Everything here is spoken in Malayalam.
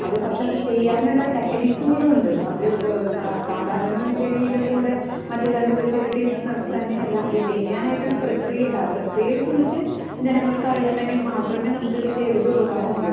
അതു പക്ഷെ അതു ചെയ്യാനുള്ള ടെക്നിക്കുകളുണ്ട് അത് സ സാധാരണയൊരു ചെടിയിൽ കൂടി മറ്റേ തണ്ട് വെച്ച് കെട്ടി ത് തന്നെ അല്ല അത് ചെയ്യാനായിട്ടൊരു പ്രക്രിയയുണ്ട് ആ പ്രക്രിയയെ കുറിച്ച് ജനങ്ങൾക്കറിവുണ്ടെങ്കിൽ മാത്രമേ നമുക്കത് ചെയ്തിട്ടുപകാരമുള്ളൂ